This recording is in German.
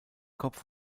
kopf